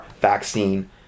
vaccine